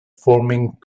forming